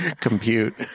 compute